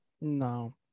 no